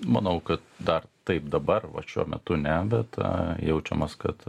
manau kad dar taip dabar vat šiuo metu ne bet a jaučiamas kad